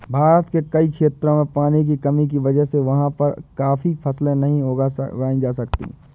भारत के कई क्षेत्रों में पानी की कमी की वजह से वहाँ पर काफी फसलें नहीं उगाई जा सकती